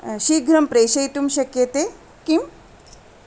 शीघ्रं प्रेषयितुं शक्यते किं